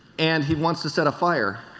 and he wants to set a fire